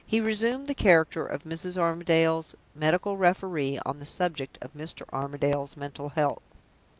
he resumed the character of mrs. armadale's medical referee on the subject of mr. armadale's mental health.